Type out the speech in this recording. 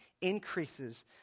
increases